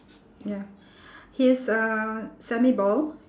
ya he's uh semi bald